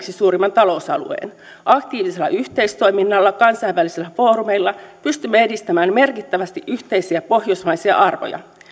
suurimman talousalueen aktiivisella yhteistoiminnalla kansainvälisillä foorumeilla pystymme edistämään merkittävästi yhteisiä pohjoismaisia arvoja